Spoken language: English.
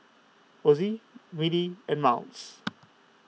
Ozi Mili and Miles